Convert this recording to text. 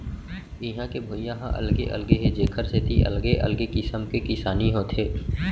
इहां के भुइंया ह अलगे अलगे हे जेखर सेती अलगे अलगे किसम के किसानी होथे